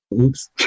Oops